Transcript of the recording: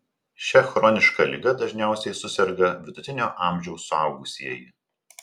šia chroniška liga dažniausiai suserga vidutinio amžiaus suaugusieji